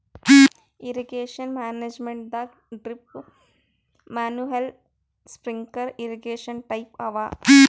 irrigation ಮ್ಯಾನೇಜ್ಮೆಂಟದಾಗ್ drip manual sprinkler irrigation type ಅವ